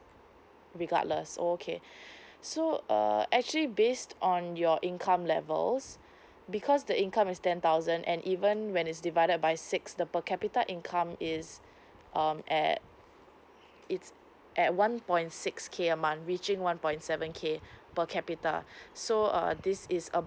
regardless okay so err actually based on your income levels because the income is ten thousand and even when it's divided by six the per capita income is um at it's at one point six K a month reaching one point seven K per capita so uh this is